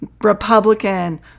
Republican